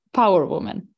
powerwoman